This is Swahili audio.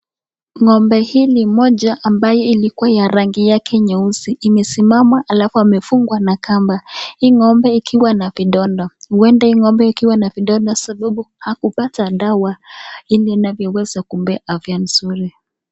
Ng'ombe hili moja ambaye ilikuwa ya rangi yake nyeusi, imesimama alafu amefungwa na kamba. Hii ng'ombe ikiwa na vidonda, huenda hii ng'ombe iko na vidoda kwa sababu hakupewa dawa ili aweze kuwa na afya nzuri.